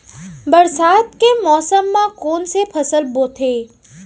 बरसात के मौसम मा कोन से फसल बोथे?